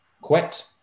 quit